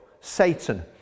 Satan